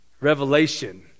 revelation